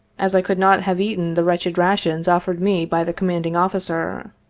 as i could not have eaten the wretched rations offered me by the commanding officer.